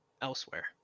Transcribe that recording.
elsewhere